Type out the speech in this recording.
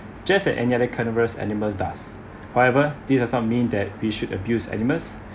just a any other carnivorous animals does however this does not mean that we should abuse animals